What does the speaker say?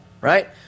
right